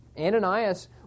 Ananias